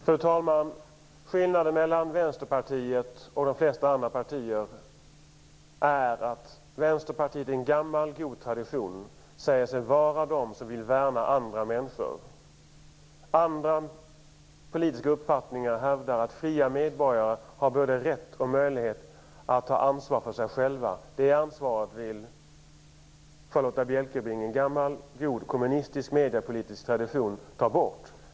Fru talman! Skillnaden mellan Vänsterpartiet och de flesta andra partier är att vänsterpartisterna i en gammal god tradition säger sig vara de som vill värna andra människor. Människor av andra politiska uppfattningar hävdar att fria medborgare har både rätt och möjlighet att ta ansvar för sig själva. Det ansvaret vill Charlotta Bjälkebring i gammal god kommunistisk mediepolitisk tradition ta bort.